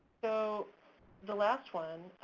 so the last one,